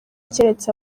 keretse